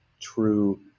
true